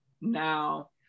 now